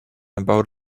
about